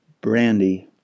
brandy